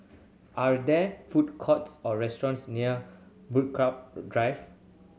are there food courts or restaurants near Drive